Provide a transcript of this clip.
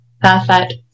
perfect